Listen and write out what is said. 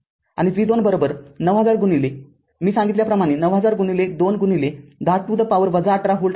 आणि v२९०००मी सांगितल्याप्रमाणे ९०००२१० to the power १८ व्होल्ट आहे